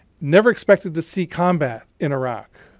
never expected to see combat in iraq.